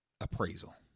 appraisal